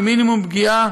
עם מינימום פגיעה